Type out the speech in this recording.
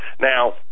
now